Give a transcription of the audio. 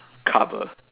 cover